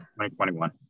2021